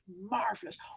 marvelous